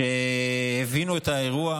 שהבינו את האירוע,